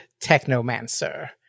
technomancer